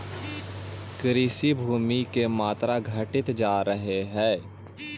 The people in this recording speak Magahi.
कृषिभूमि के मात्रा घटित जा रहऽ हई